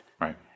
Right